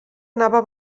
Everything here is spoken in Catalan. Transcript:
anava